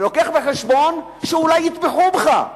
ומביא בחשבון שאולי יתמכו בך.